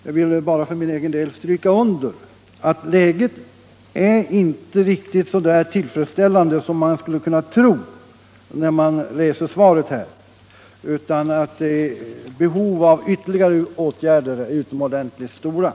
Jag ville bara för min egen del stryka under att läget inte är riktigt så tillfredsställande som man skulle kunna tro, då man tar del av interpellationssvaret. Behovet av ytterligare åtgärder är utomordentligt stort.